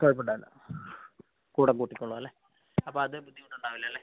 കുഴപ്പമുണ്ടാവില്ല കൂടെകൂട്ടിക്കൊള്ളാം അല്ലേ അപ്പോൾ അത് ബുദ്ധിമുട്ടുണ്ടാവില്ല അല്ലെ